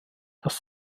dass